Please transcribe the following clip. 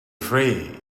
free